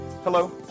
Hello